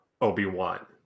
Obi-Wan